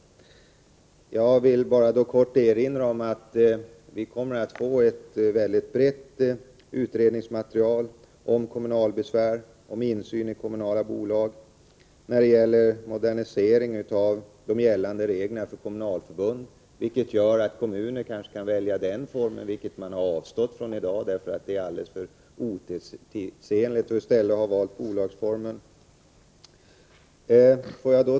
Jag vill bara erinra om att vi kommer att få ett mycket brett utredningsmaterial om kommunalbesvär, om insyn i kommunala bolag, när det gäller modernisering av de gällande reglerna för kommunalförbund, vilket gör att kommuner kanske kan välja den formen, något som man har avstått från i dag därför att det är alldeles för otidsenligt, och i stället har man valt bolagsformen.